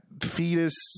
fetus